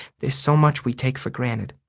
there's so much we take for granted,